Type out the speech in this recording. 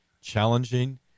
challenging